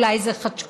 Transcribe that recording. אולי זה חצ'קונים,